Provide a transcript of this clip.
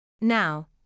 Now